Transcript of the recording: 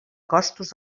costos